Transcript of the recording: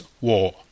War